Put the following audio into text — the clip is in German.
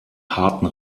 harten